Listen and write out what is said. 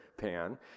pan